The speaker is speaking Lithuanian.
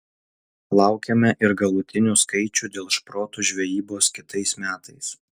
laukiame ir galutinių skaičių dėl šprotų žvejybos kitais metais